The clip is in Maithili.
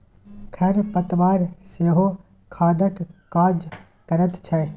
खर पतवार सेहो खादक काज करैत छै